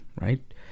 right